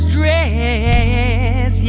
dress